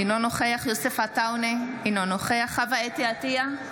אינו נוכח יוסף עטאונה, אינו נוכח חוה אתי עטייה,